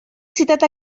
citat